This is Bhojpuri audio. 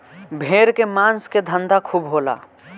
भेड़ के मांस के धंधा खूब होला